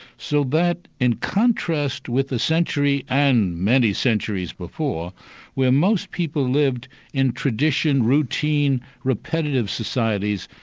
so that in contrast with the century and many centuries before where most people lived in tradition, routine, repetitive societies,